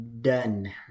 done